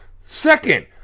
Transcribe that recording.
Second